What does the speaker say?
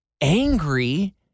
angry